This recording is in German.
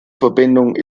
verbindung